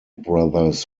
brothers